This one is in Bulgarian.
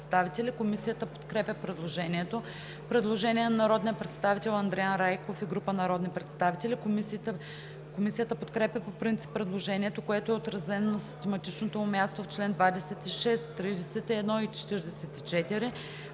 Комисията подкрепя предложението. Предложение на народния представител Андриан Райков и група народни представители. Комисията подкрепя по принцип предложението, което е отразено на систематичното му място в чл. 26, 31 и 44.